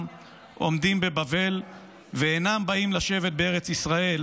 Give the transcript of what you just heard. עומדים בבבל ואינם באים לשבת בארץ ישראל,